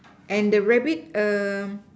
and the rabbit